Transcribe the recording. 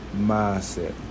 mindset